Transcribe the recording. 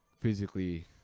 physically